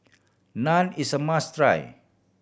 naan is a must try